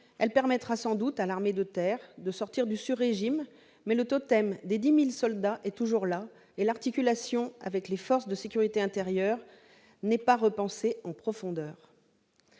elle permettra sans doute à l'armée de terre de sortir du sur-régime, mais le totem des 10 000 soldats est toujours là, et l'articulation avec les forces de sécurité intérieure n'est pas repensée en profondeur.